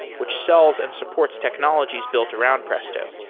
which sells and supports technologies built around presto.